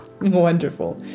Wonderful